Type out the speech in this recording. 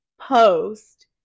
post